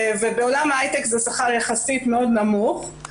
ובעולם ההייטק זה שכר יחסית מאוד נמוך.